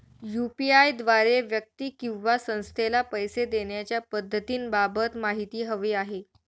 UPI द्वारे व्यक्ती किंवा संस्थेला पैसे देण्याच्या पद्धतींबाबत माहिती हवी आहे